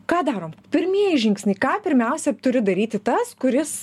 ką darom pirmieji žingsniai ką pirmiausia turi daryti tas kuris